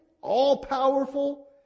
all-powerful